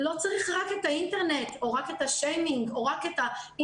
לא צריך רק את האינטרנט או רק את השיימינג או רק את האינסטגרם.